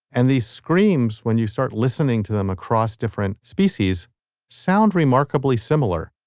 and the screams when you start listening to them across different species sound remarkably similar.